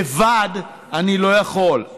לבד אני לא יכול,